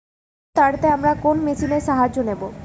আলু তাড়তে আমরা কোন মেশিনের সাহায্য নেব?